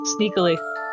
sneakily